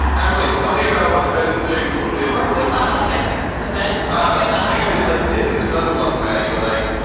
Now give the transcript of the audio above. emily, tell me about about what the fed is doing with with market. we talk about the fact that the the fed is propping up the hype like this is another one where you're like,